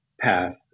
path